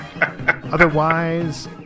Otherwise